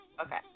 Okay